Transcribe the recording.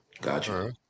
Gotcha